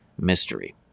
mystery